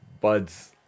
Buds